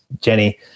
Jenny